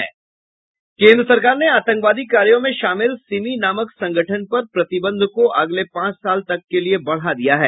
केंद्र सरकार ने आतंकवादी कार्यों में शामिल सिमी नामक संगठन पर प्रतिबंध को अगले पांच साल तक के लिये बढ़ा दिया है